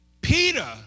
Peter